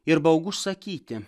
ir baugu sakyti